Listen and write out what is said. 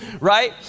right